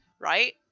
right